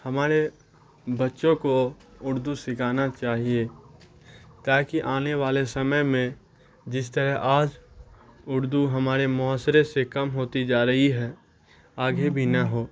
ہمارے بچوں کو اردو سکھانا چاہیے تاکہ آنے والے سمے میں جس طرح آج اردو ہمارے معاشرے سے کم ہوتی جا رہی ہے آگے بھی نہ ہو